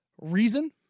reason